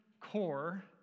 core